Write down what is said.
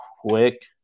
quick